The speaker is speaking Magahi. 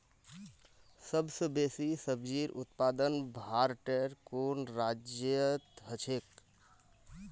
सबस बेसी सब्जिर उत्पादन भारटेर कुन राज्यत ह छेक